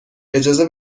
اجازه